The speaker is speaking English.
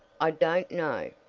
i don't know.